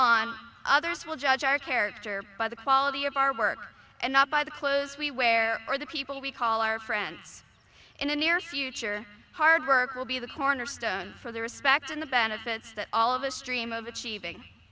on others will judge our character by the quality of our work and not by the clothes we wear or the people we call our friends in the near future hard work will be the cornerstone for the respect in the benefits that all of us stream of achieving